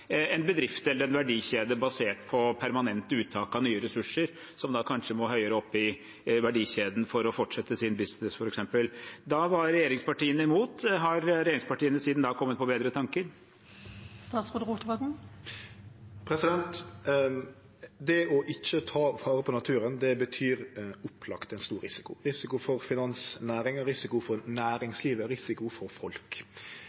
en bedrift eller en verdikjede basert på permanent uttak av nye ressurser, og som da kanskje må høyere opp i verdikjeden for å fortsette sin business, f.eks. Da var regjeringspartiene imot. Har regjeringspartiene siden da kommet på bedre tanker? Det ikkje å ta vare på naturen betyr opplagt ein stor risiko – risiko for finansnæringa, risiko for